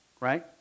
Right